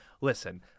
Listen